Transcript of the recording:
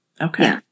okay